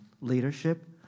leadership